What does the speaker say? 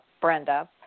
Brenda